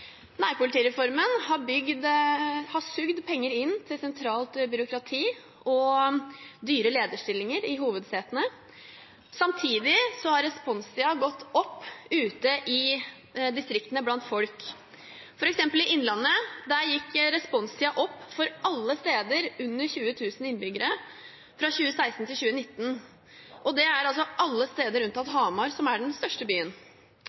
har sugd penger inn til sentralt byråkrati og dyre lederstillinger i hovedsetene. Samtidig har responstiden gått opp ute i distriktene, blant folk. I Innlandet, f.eks., gikk responstiden opp for alle steder med under 20 000 innbyggere fra 2016 til 2019. Og det er altså alle steder unntatt Hamar, som er den største byen.